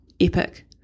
Epic